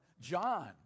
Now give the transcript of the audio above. John